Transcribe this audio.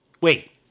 wait